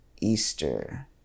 easter